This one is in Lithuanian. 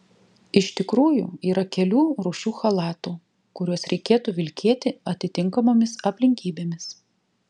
iš tikrųjų yra kelių rūšių chalatų kuriuos reikėtų vilkėti atitinkamomis aplinkybėmis